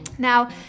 Now